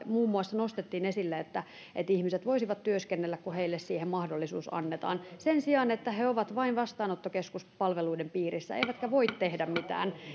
muun muassa kristillisdemokraattien puolelta nostettiin esille että että ihmiset voisivat työskennellä kun heille siihen mahdollisuus annetaan sen sijaan että he ovat vain vastaanottokeskuspalveluiden piirissä eivätkä voi tehdä mitään